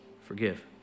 Forgive